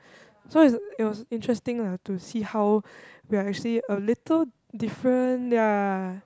so it's it was interesting lah to see how we are actually a little different ya